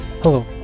Hello